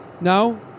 No